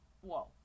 whoa